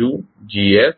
TYUછે